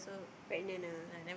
pregnant ah